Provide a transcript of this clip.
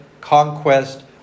conquest